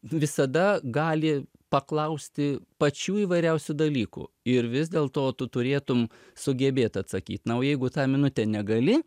visada gali paklausti pačių įvairiausių dalykų ir vis dėlto tu turėtum sugebėt atsakyt na o jeigu tą minutę negali